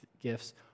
gifts